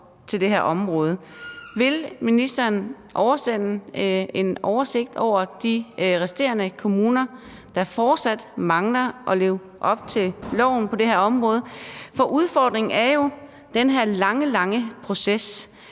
på det her område: Vil ministeren oversende en oversigt over de resterende kommuner, der fortsat mangler at leve op til loven på det her område? For udfordringen er jo den her lange, lange proces.